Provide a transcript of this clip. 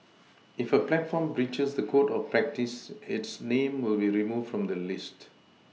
if a platform breaches the code of practice its name will be removed from the list